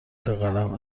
قلم